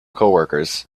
coworkers